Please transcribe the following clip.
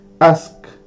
Ask